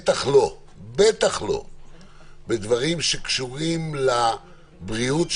בטח לא בדברים שקשורים לבריאות הציבור,